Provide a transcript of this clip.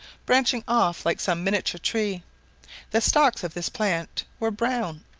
branching off like some miniature tree the stalks of this plant were brown,